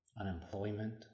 unemployment